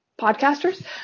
podcasters